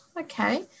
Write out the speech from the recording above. Okay